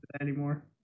anymore